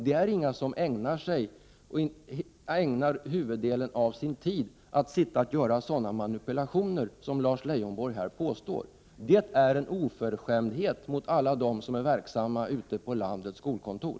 Det finns ingen som ägnar huvuddelen av sin tid åt att göra sådana manipulationer, vilket Lars Leijonborg här påstår. Att påstå detta är en oförskämdhet mot alla dem som är verksamma på landets skolkontor.